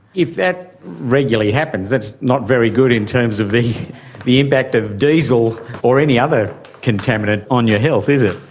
if that regularly happens, that's not very good in terms of the the impact of diesel or any other contaminant on your health, is it.